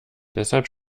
deshalb